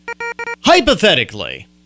Hypothetically